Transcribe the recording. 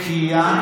נקייה.